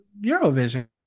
eurovision